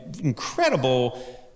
incredible